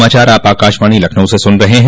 यह समाचार आप आकाशवाणी लखनऊ से सुन रहे हैं